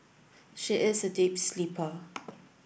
she is a deep sleeper